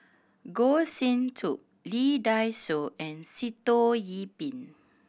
Goh Sin Tub Lee Dai Soh and Sitoh Yih Pin